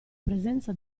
presenza